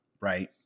right